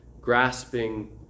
grasping